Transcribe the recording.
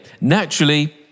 naturally